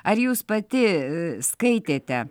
ar jus pati skaitėte